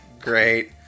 great